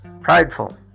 Prideful